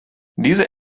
diese